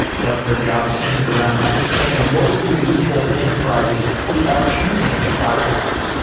much of her job is centered around understanding what would be useful to enterprises who are choosing a cloud provider.